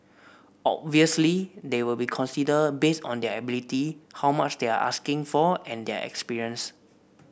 obviously they'll be considered based on their ability how much they are asking for and their experience